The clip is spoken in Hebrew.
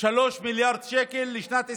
3 מיליארד שקל לשנת 2021,